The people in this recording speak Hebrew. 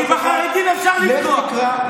כי בחרדים אפשר לפגוע,